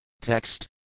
Text